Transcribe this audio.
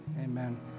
Amen